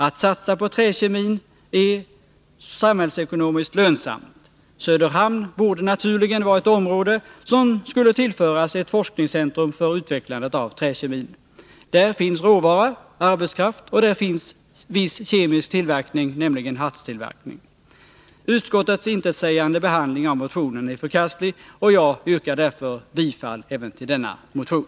Att satsa på träkemin är samhällsekonomiskt lönsamt. Söderhamn borde naturligen vara ett område som skulle tillföras ett forskningscentrum för utvecklandet av träkemin. Där finns råvara, där finns arbetskraft och där finns viss kemisk tillverkning, nämligen hartstillverkning. Utskottets intetsägande behandling av motionen är förkastlig, och jag yrkar därför bifall även till denna motion.